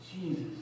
Jesus